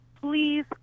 please